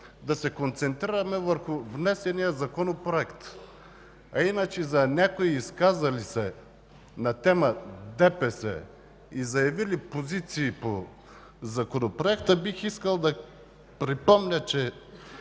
да се концентрираме върху внесения Законопроект. А иначе, за някои изказали се на тема ДПС и заявили позиции по Законопроекта, бих искал да припомня, че